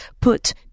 put